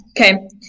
Okay